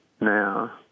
now